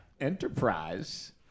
Enterprise